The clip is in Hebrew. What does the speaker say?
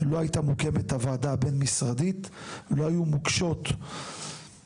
לא הייתה מוקמת הוועדה הבין-משרדית ולא היו מוגשות המסקנות.